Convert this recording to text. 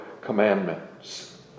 commandments